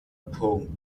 punkt